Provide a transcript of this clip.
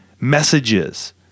messages